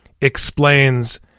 explains